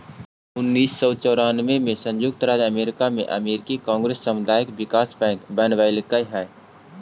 उन्नीस सौ चौरानबे में संयुक्त राज्य अमेरिका में अमेरिकी कांग्रेस सामुदायिक विकास बैंक बनवलकइ हई